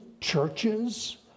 churches